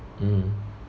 mm